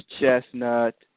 Chestnut